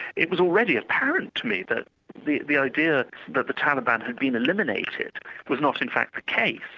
it was already apparent to me that the the idea that the taliban had been eliminated was not in fact the case.